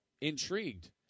intrigued